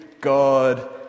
God